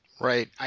Right